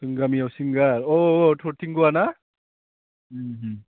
जोंनि गामियाव सिंगार अह अह थरथिंग'आना ओम ओम